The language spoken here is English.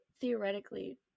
theoretically